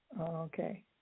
Okay